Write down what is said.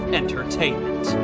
entertainment